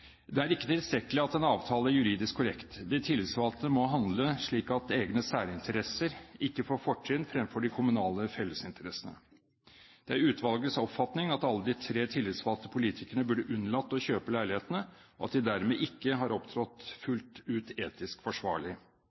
er ikke tilstrekkelig at en avtale er juridisk korrekt. De tillitsvalgte må handle slik at egne særinteresser ikke får fortrinn fremfor de kommunale fellesinteressene.» «Det er utvalgets oppfatning at alle de tre tillitsvalgte politikerne burde unnlatt å kjøpe leilighetene, og at de dermed ikke har opptrådt fullt ut etisk forsvarlig.